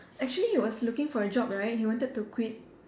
actually he was looking for a job right he wanted to quit